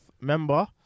member